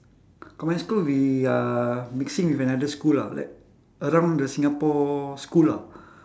combined school we are mixing with another school ah like around the singapore school ah